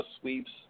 sweeps